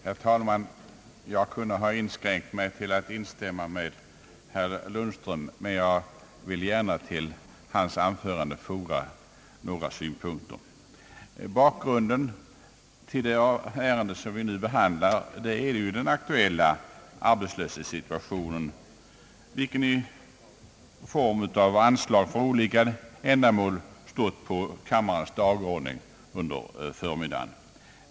Herr talman! Jag kunde ha inskränkt mig till att instämma i herr Lundströms anförande, men jag vill gärna foga några synpunkter till det. Bakgrunden till det ärende som vi nu behandlar är ju den aktuella arbetslöshetssituationen, vilken i form av anslag för olika ändamål stått på kammarens dagordning under förmiddagen.